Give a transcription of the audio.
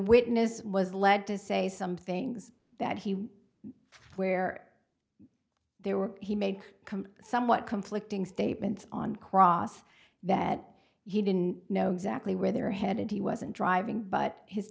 witness was led to say some things that he where there were he made somewhat conflicting statements on cross that he didn't know exactly where they're headed he wasn't driving but his